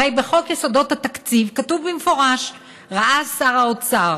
הרי בחוק יסודות התקציב כתוב במפורש: ראה שר האוצר